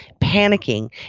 panicking